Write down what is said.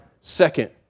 second